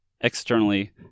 Externally